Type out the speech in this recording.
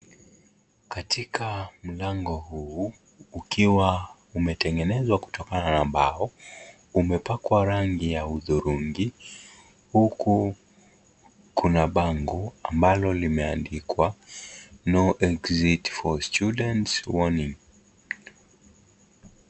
Katika mlango huu. Ukiwa umetengenezwa kutokana na mbao. Umepakwa rangi ya udhurungi. Huku kuna bango ambalo limeandikwa no exit for students warning .